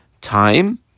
time